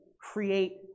create